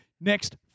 Next